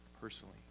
personally